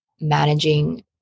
managing